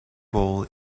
bowl